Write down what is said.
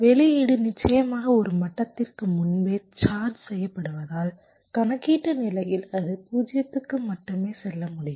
வெளியீடு நிச்சயமாக ஒரு மட்டத்திற்கு முன்பே சார்ஜ் செய்யப்படுவதால் கணக்கீட்டு நிலையில் அது 0 க்கு மட்டுமே செல்ல முடியும்